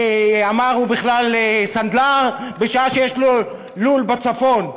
אמר שהוא בכלל סנדלר בשעה שיש לו לול בצפון.